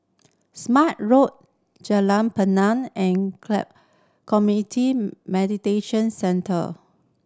Smart Road Jalan Punai and Community Mediation Centre